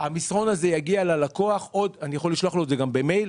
אני יכול לשלוח לו את זה גם במייל,